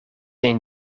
een